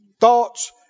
thoughts